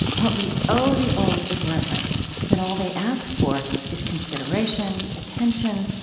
what we owe the old is reverence, but all they ask for is consideration, attention,